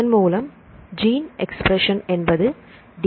இதன் மூலம் gene expression என்பது டி